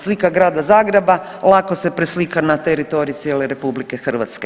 Slika Grada Zagreba lako se preslika na teritorij cijele RH.